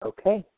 Okay